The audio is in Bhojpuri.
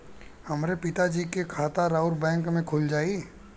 हमरे पिता जी के खाता राउर बैंक में खुल जाई?